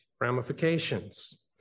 ramifications